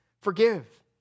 forgive